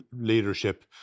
leadership